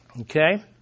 Okay